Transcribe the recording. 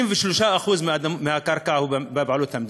93% מהקרקע הם בבעלות המדינה.